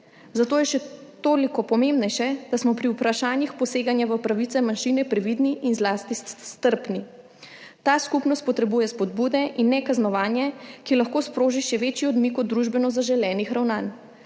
Zato je še toliko pomembnejše, da smo pri vprašanjih poseganja v pravice manjšine previdni in zlasti strpni. Ta skupnost potrebuje spodbude, ne pa kaznovanje, ki lahko sproži še večji odmik od družbeno zaželenih ravnanj.